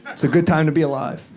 it's a good time to be alive.